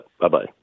Bye-bye